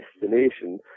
destination